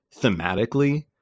thematically